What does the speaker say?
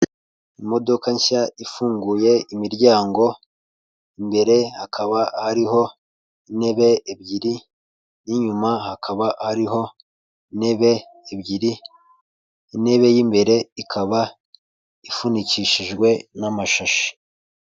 Imodoka nshya ifunguye imiryango, imbere hakaba hariho intebe ebyiri n'inyuma hakaba hariho intebe ebyiri, intebe y'imbere ikaba ifunikishijwe n'amashashi.